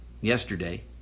Yesterday